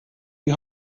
die